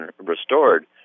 restored